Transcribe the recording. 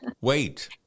wait